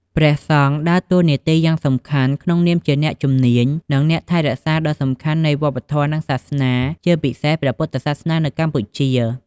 ព្រះសង្ឃដើរតួនាទីយ៉ាងសំខាន់ក្នុងនាមជា អ្នកជំនាញ និងអ្នកថែរក្សាដ៏សំខាន់នៃវប្បធម៌ និងសាសនា ជាពិសេសព្រះពុទ្ធសាសនានៅកម្ពុជា។